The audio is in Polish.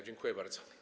Dziękuję bardzo.